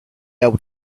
able